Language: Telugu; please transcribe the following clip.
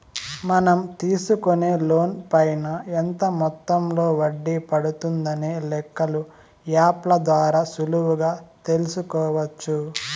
మనం తీసుకునే లోన్ పైన ఎంత మొత్తంలో వడ్డీ పడుతుందనే లెక్కలు యాప్ ల ద్వారా సులువుగా తెల్సుకోవచ్చు